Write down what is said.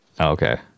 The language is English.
okay